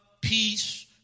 Peace